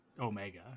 Omega